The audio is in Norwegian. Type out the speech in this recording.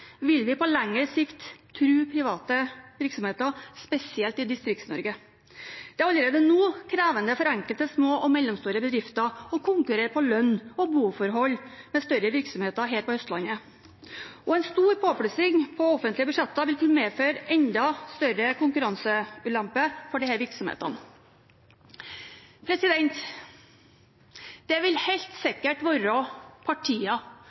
vil vi på lengre sikt true private virksomheter, spesielt i Distrikts-Norge. Det er allerede nå krevende for enkelte små og mellomstore bedrifter å konkurrere på lønn og boforhold med større virksomheter her på Østlandet. Og en stor påplussing på offentlige budsjetter vil kunne medføre enda større konkurranseulempe for disse virksomhetene. Det vil helt sikkert være partier,